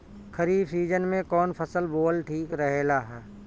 खरीफ़ season में कौन फसल बोअल ठिक रहेला ह?